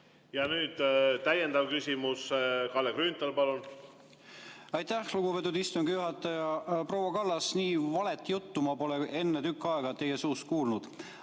Nüüd täiendav küsimus. Kalle Grünthal, palun! Aitäh, lugupeetud istungi juhataja! Proua Kallas, nii valet juttu ma pole tükk aega teie suust kuulnud.